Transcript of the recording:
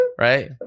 Right